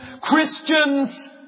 Christians